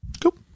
Cool